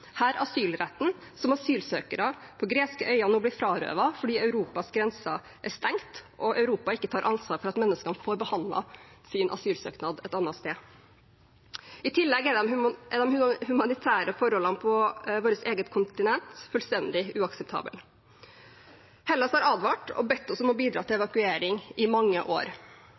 her asylretten som asylsøkere på greske øyer nå blir frarøvet fordi Europas grenser er stengt, og Europa ikke tar ansvar for at menneskene får behandlet sin asylsøknad et annet sted. I tillegg er de humanitære forholdene på vårt eget kontinent fullstendig uakseptable. Hellas har advart og bedt oss om å bidra til evakuering i mange år.